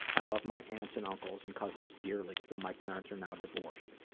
i love my aunts and uncles and cousins dearly, though my parents are now divorced.